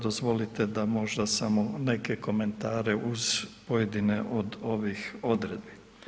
Dozvolite da možda samo neke komentare uz pojedine od ovih odredbi.